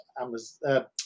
amazon